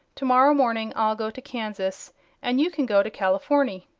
tomorrow morning i'll go to kansas and you can go to californy.